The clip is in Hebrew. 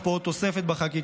יש פה עוד תוספת בחקיקה,